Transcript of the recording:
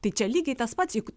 tai čia lygiai tas pats juk